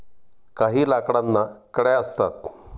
काही लाकडांना कड्या असतात